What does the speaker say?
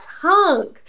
tongue